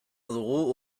dugu